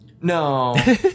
No